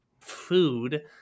food